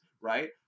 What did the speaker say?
right